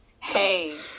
Hey